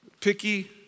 picky